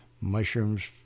mushrooms